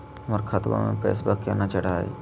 हमर खतवा मे पैसवा केना चढाई?